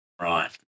Right